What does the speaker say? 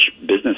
business